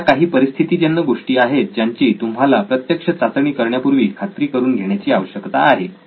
तर या काही परिस्थितीजन्य गोष्टी आहेत ज्यांची तुम्हाला प्रत्यक्ष चाचणी करण्यापूर्वी खात्री करून घेण्याची आवश्यकता आहे